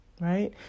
right